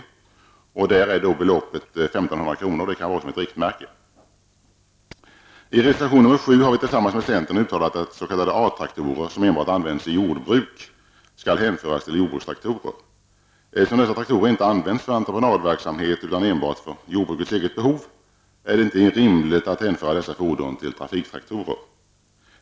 Beloppet där är 1 500 kr., som kan tjäna som riktmärke för oss. I reservation nr 7 uttalar vi tillsammans med centern att s.k. A-traktorer, som enbart används i jordbruk, skall hänföras till jordbrukstraktorer. Eftersom dessa traktorer inte används för entreprenadverksamhet utan enbart för jordbrukets eget behov är det inte rimligt att hänföra dessa fordon till trafiktraktorer.